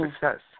success